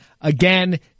Again